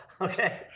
okay